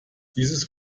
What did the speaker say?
dieses